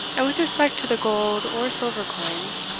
and with respect to the gold or silver coins,